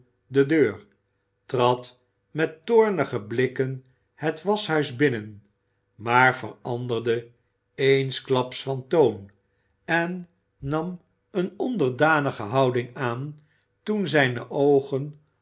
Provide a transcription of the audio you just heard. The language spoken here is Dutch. de deur trad met toornige blikken het waschhuis binnen maar veranderde eensklaps van toon en nam een onderdanige houding aan toen zijne oogen